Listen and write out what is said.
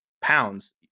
pounds